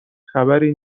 خبری